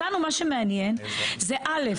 אותנו מה שמעניין זה א',